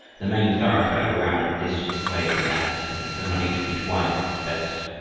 the main thoroughfare wound this way and that, only seven or eight feet wide at its best.